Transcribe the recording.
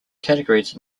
categories